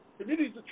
Communities